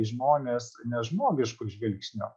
į žmones nežmogišku žvilgsniu